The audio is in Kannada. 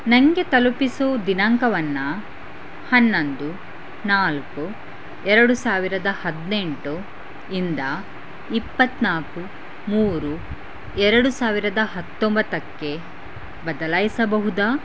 ನನಗೆ ತಲುಪಿಸೋ ದಿನಾಂಕವನ್ನು ಹನ್ನೊಂದು ನಾಲ್ಕು ಎರಡು ಸಾವಿರದ ಹದಿನೆಂಟು ಇಂದ ಇಪ್ಪತ್ತ್ನಾಕು ಮೂರು ಎರಡು ಸಾವಿರದ ಹತ್ತೊಂಬತ್ತಕ್ಕೆ ಬದಲಾಯಿಸಬಹುದಾ